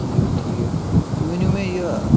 ٹھیٖک ٹھیٖک تُہۍ ؤنِو مےٚ یہِ